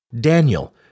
Daniel